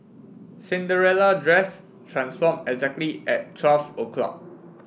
Cinderella dress transform exactly at twelve o'clock